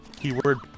Keyword